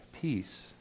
peace